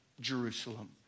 jerusalem